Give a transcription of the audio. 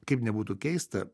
kaip nebūtų keista